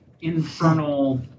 Infernal